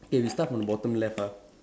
eh we start from the bottom left ah